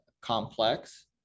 complex